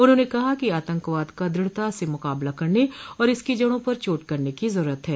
उन्होंने कहा कि आतंकवाद का द्रढ़ता से मुकाबला करने और इसकी जड़ों पर चोट करने की जरूरत है